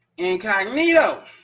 Incognito